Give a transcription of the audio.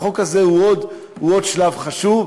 החוק הזה הוא עוד שלב חשוב,